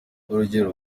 urugero